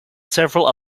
several